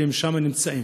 שהם שם נמצאים.